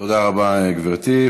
תודה רבה, גברתי.